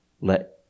let